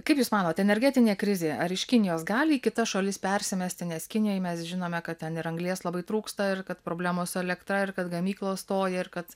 kaip jūs manote energetinė krizė ar iš kinijos gali į kitas šalis persimesti nes kinijai mes žinome kad ten ir anglies labai trūksta ir kad problemos su elektra ir kad gamyklos stoja ir kad